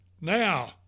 now